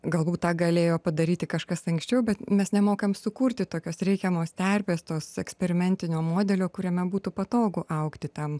galbūt tą galėjo padaryti kažkas anksčiau bet mes nemokam sukurti tokios reikiamos terpės tos eksperimentinio modelio kuriame būtų patogu augti tam